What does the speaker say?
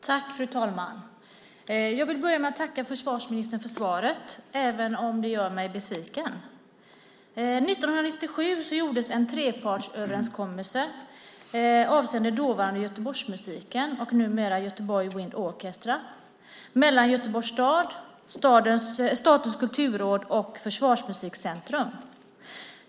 Fru talman! Jag vill börja med att tacka försvarsministern för svaret även om det gör mig besviken. År 1997 ingicks en trepartsöverenskommelse avseende dåvarande Göteborgsmusiken, numera Göteborg Wind Orchestra, mellan Göteborgs stad, Statens kulturråd och Försvarsmusikcentrum.